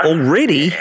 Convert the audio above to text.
Already